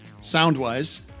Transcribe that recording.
sound-wise